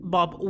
Bob